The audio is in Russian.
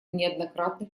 неоднократных